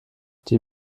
die